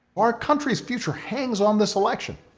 our country's future hangs on this election.